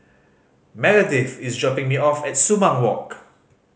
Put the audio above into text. Meredith is dropping me off at Sumang Walk